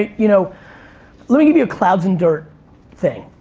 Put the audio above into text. you know let me give you a clouds and dirt thing.